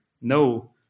no